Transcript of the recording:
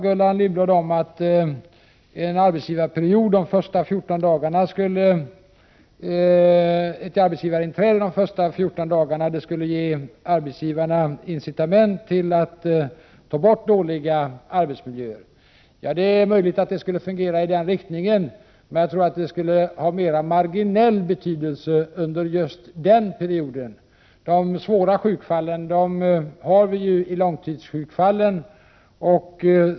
Gullan Lindblad menade att arbetsgivarinträdet de första 14 dagarna skulle ge arbetsgivarna incitament till att ta bort dåliga arbetsmiljöer. Det är möjligt att det skulle fungera i den riktningen, men jag tror att det skulle ha mera marginell betydelse under just den perioden. De svåra sjukdomsfallen är ju långtidssjukdomsfallen.